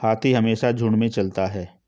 हाथी हमेशा झुंड में चलता है